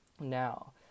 Now